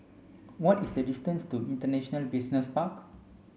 what is the distance to International Business Park